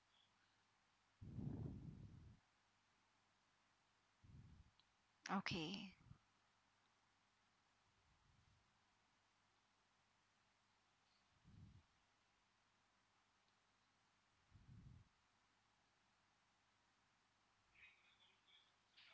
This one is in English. okay